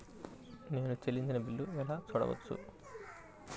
నేను చెల్లించిన బిల్లు ఎలా చూడవచ్చు?